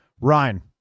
Ryan